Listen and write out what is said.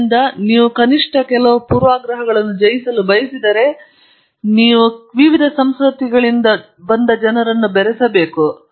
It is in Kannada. ಆದ್ದರಿಂದ ನೀವು ಕನಿಷ್ಟ ಕೆಲವು ಪೂರ್ವಾಗ್ರಹಗಳನ್ನು ಜಯಿಸಲು ಬಯಸಿದರೆ ನೀವು ವಿವಿಧ ಸಂಸ್ಕೃತಿಗಳಿಂದ ಜನರನ್ನು ಬೆರೆಸಬೇಕು